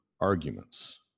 arguments